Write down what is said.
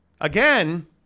again